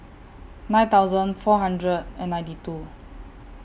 nine thousand four hundred and ninety two